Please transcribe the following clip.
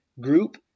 group